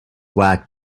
black